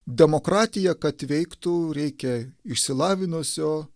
demokratija kad veiktų reikia išsilavinusio